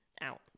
out